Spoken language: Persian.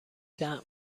طعم